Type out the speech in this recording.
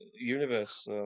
universe